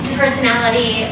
personality